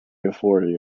authority